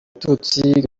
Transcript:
gatutsi